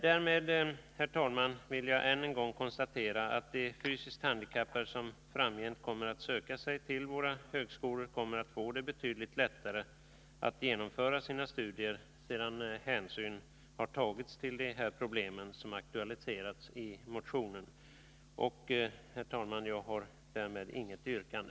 Därmed, herr talman, vill jag än en gång konstatera att de fysiskt handikappade som framgent kommer att söka sig till våra högskolor kommer att få det betydligt lättare att genomföra sina studier sedan hänsyn tagits till de problem som aktualiserats i motionen. Herr talman! Jag har inget yrkande.